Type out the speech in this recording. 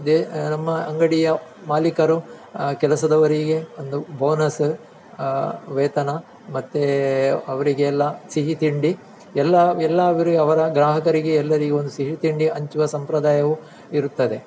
ದೆ ನಮ್ಮ ಅಂಗಡಿಯ ಮಾಲೀಕರು ಕೆಲಸದವರಿಗೆ ಒಂದು ಬೋನಸ್ ವೇತನ ಮತ್ತು ಅವರಿಗೆಲ್ಲ ಸಿಹಿ ತಿಂಡಿ ಎಲ್ಲ ಎಲ್ಲ ಬರೀ ಅವರ ಗ್ರಾಹಕರಿಗೆ ಎಲ್ಲರಿಗೆ ಒಂದು ಸಿಹಿ ತಿಂಡಿ ಹಂಚುವ ಸಂಪ್ರದಾಯವು ಇರುತ್ತದೆ